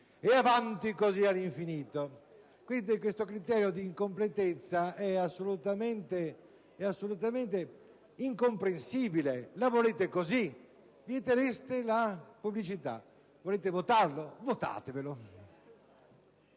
e avanti così all'infinito. Quindi, questo criterio di incompletezza è assolutamente incomprensibile. La volete così? Vietereste la pubblicità! Volete approvare